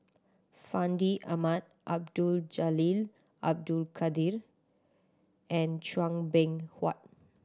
Fandi Ahmad Abdul Jalil Abdul Kadir and Chua Beng Huat